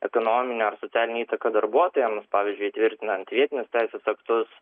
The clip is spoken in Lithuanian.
ekonominė socialinė įtaka darbuotojams pavyzdžiui įtvirtinant vietinės teisės aktus